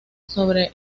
sobre